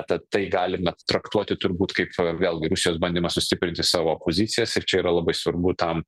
tad tai galime traktuoti turbūt kaip vėlgi rusijos bandymą sustiprinti savo pozicijas ir čia yra labai svarbu tam